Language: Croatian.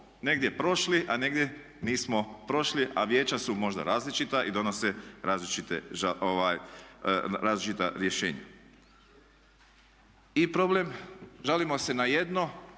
negdje prošli, a negdje nismo prošli a vijeća su možda različita i donose različita rješenja. I problem žalimo se na jedno,